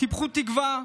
טיפחו תקווה,